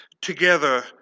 together